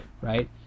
Right